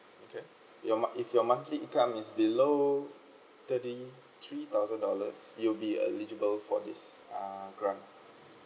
okay your mo~ if your monthly income is below thirty three thousand dollars you'll be eligible for this ah grant